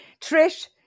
Trish